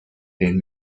pain